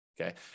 Okay